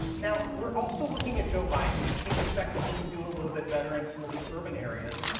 we are also looking at joe biden, we keep like so taking him to do a little bit better in some of these urban areas.